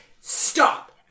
stop